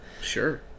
Sure